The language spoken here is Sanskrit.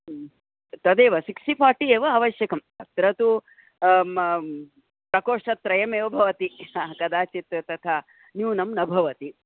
तदेव सिक्स्टि फ़र्टि एव आवश्यकं अत्र तु प्रकोष्ठत्रयमेव भवति कदाचित् तथा न्यूनं न भवति